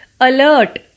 alert